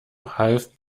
half